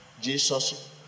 Jesus